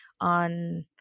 on